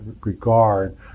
regard